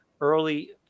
early